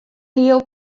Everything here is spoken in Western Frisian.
heal